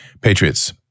Patriots